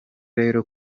rero